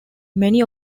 many